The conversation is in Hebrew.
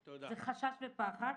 זה חשש ופחד.